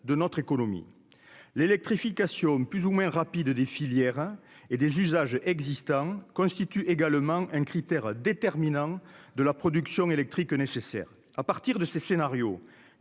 de notre économie, l'électrification plus ou moins rapide des filières hein et des usages existants constitue également un critère déterminant de la production électrique nécessaire à partir de ces scénarios